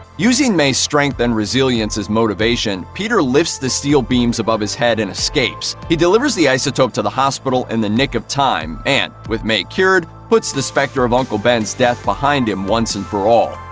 using may's strength and resilience as motivation, peter lifts the steel beams above his head and escapes. he delivers the isotope to the hospital in the nick of time and, with may cured, puts the specter of uncle ben's death behind him once and for all.